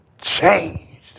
changed